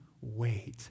wait